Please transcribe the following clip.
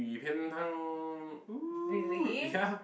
鱼片汤:Yu-Pian-Tang ya